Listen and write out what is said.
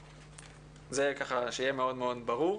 שיהיה מאוד ברור.